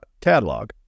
catalog